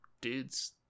dudes